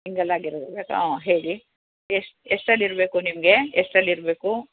ಸಿಂಗಲಾಗಿರೋದು ಬೇಕಾ ಹಾಂ ಹೇಳಿ ಎಷ್ಟು ಎಷ್ಟ್ರಲ್ಲಿ ಇರಬೇಕು ನಿಮಗೆ ಎಷ್ಟ್ರಲ್ಲಿ ಇರಬೇಕು